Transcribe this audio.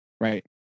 right